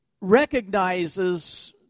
recognizes